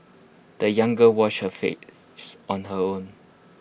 the young girl washed her face on her own